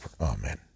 Amen